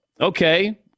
okay